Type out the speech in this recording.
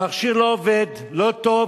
המכשיר לא עובד, לא טוב,